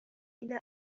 إلى